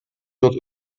wird